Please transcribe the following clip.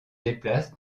déplace